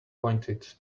pointed